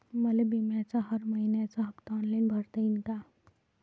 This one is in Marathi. मले बिम्याचा हर मइन्याचा हप्ता ऑनलाईन भरता यीन का?